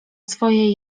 swoje